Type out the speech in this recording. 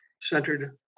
centered